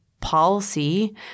policy